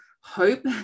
hope